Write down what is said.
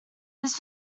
this